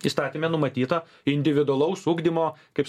įstatyme numatyto individualaus ugdymo kaip